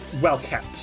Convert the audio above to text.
well-kept